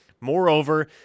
Moreover